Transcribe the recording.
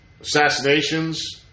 assassinations